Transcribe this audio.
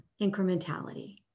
incrementality